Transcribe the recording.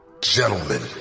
Gentlemen